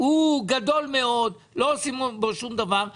שהוא גדול מאוד ולא עושים בו שום דבר,